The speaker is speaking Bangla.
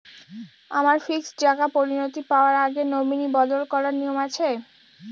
আমার ফিক্সড টাকা পরিনতি পাওয়ার আগে নমিনি বদল করার নিয়ম আছে?